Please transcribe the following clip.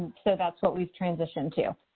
so that's what we've transitioned to.